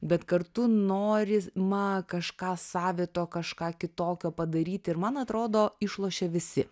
bet kartu noris ma kažką savito kažką kitokio padaryti ir man atrodo išlošia visi